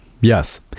Yes